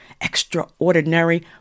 extraordinary